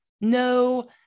No